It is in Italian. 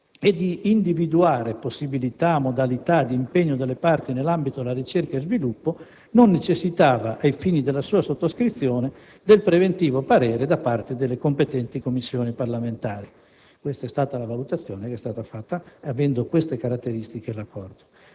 e di individuare possibilità/modalità di impegno delle parti nell'ambito della ricerca e sviluppo, non necessitava, ai fini della sua sottoscrizione, del preventivo parere da parte delle competenti Commissioni parlamentari. Questa è stata la valutazione fatta, avendo queste caratteristiche l'accordo.